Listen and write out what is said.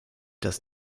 dass